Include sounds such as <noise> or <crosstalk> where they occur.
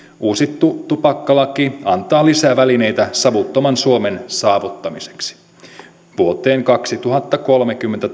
uusittu tupakkalaki antaa lisää välineitä savuttoman suomen saavuttamiseksi toivottavasti vuoteen kaksituhattakolmekymmentä <unintelligible>